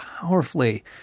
powerfully